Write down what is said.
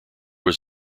was